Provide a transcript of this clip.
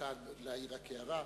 מתן, רק להעיר הערה.